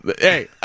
hey